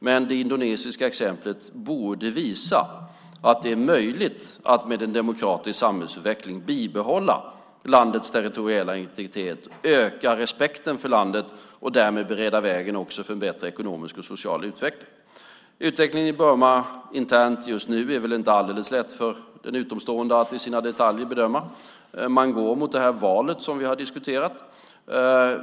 Men det indonesiska exemplet borde visa att det är möjligt att med en demokratisk samhällsutveckling bibehålla landets territoriella integritet och öka respekten för landet och därmed också bereda vägen för en bättre ekonomisk och social utveckling. Utvecklingen i Burma internt just nu är inte alldeles lätt för en utomstående att i sina detaljer bedöma. Man går mot det val som vi har diskuterat.